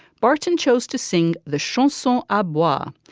barton chose to sing the show so abbatoir,